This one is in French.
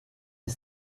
les